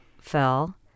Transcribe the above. fell